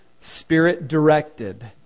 Spirit-directed